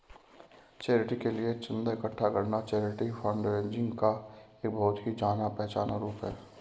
charity के लिए चंदा इकट्ठा करना चैरिटी फंडरेजिंग का एक बहुत ही जाना पहचाना रूप है